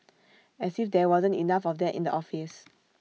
as if there wasn't enough of that in the office